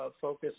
focus